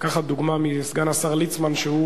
לקחת דוגמה מסגן השר ליצמן, שהוא,